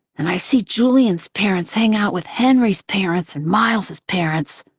and i see julian's parents hang out with henry's parents and miles's parents.